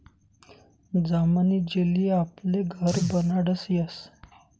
जामनी जेली आपले घर बनाडता यस